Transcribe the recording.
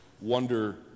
wonder